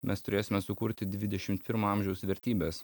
mes turėsime sukurti dvidešim pirmo amžiaus vertybes